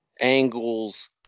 angles